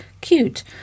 cute